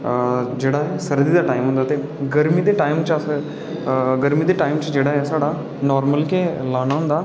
जेह्ड़ा सर्दी दा टाईम होंदा ते गर्मी दे टाईम च गरमी दे टाईम जेह्ड़ा ऐ साढ़ा नॉर्मल गै लाना होंदा